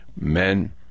men